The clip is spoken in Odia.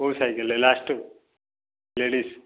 କେଉଁ ସାଇକେଲ ଏ ଲାଷ୍ଟଟାକୁ ଲେଡ଼ିଜ୍